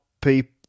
people